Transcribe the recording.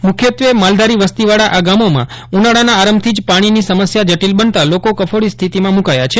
મુખ્યત્વે માલધારી વસ્તીવાળાં આ ગામોમાં ઉનાળાના આરંભથી જ પાણીની સમસ્યા જટિલ બનતાં લોકો કફોડી સ્થિતિમાં મુકાયા છે